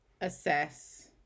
assess